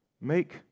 Make